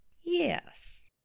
Yes